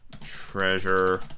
Treasure